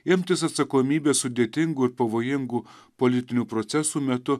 imtis atsakomybės sudėtingų ir pavojingų politinių procesų metu